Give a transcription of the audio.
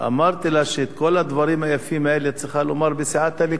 אמרתי לה שאת כל הדברים היפים האלה היא צריכה לומר בסיעת הליכוד,